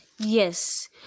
yes